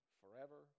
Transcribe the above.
forever